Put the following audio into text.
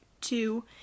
two